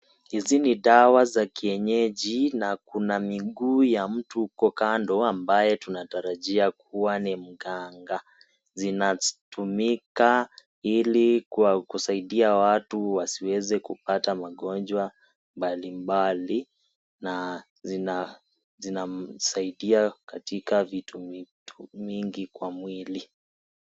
Hizi ni dawa za kienyeji na kuna miguu ya mtu huko kando ambaye tunatarajia kua ni mganga. Zinatumika ili kusaidia watu wasiweze kupata magonjwa mbalimbali na zinamsaidia katika vitu mingi kwa mwili.